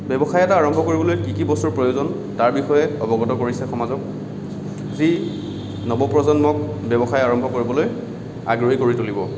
ব্যৱসায় এটা আৰম্ভ কৰিবলৈ কি কি বস্তুৰ প্ৰয়োজন তাৰ বিষয়ে অৱগত কৰিছে সমাজক যি নৱপ্ৰজন্মক ব্যৱসায় আৰম্ভ কৰিবলৈ আগ্ৰহী কৰি তুলিব